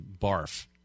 barf